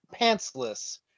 pantsless